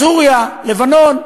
סוריה, לבנון,